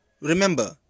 Remember